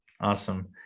awesome